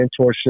mentorship